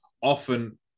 often